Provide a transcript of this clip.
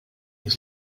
his